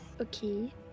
Okay